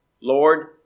Lord